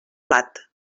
blat